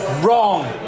Wrong